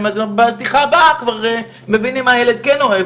אז בשיחה הבאה הם כבר מבינים מה הילד כן אוהב,